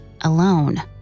alone